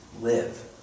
live